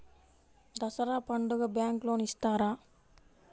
దసరా పండుగ bank loan ఇస్తారా?